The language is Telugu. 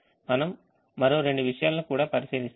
మనం మరో రెండు విషయాలను కూడా పరిశీలిస్తాము